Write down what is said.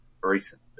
recent